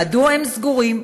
מדוע הם סגורים?